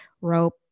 rope